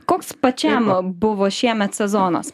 koks pačiam buvo šiemet sezonas